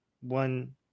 one